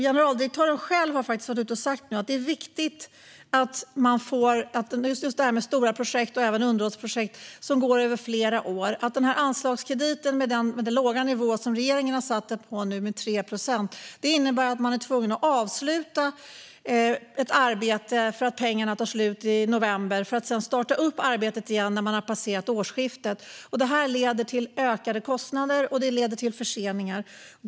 Generaldirektören själv har varit ute och sagt att för stora projekt och stora underhållsprojekt som löper över flera år innebär den låga nivå som regeringen har satt för anslagskrediten, 3 procent, att man är tvungen att avsluta ett arbete därför att pengarna tar slut i november för att sedan starta upp arbetet igen när man har passerat årsskiftet. Detta leder till ökade kostnader och förseningar.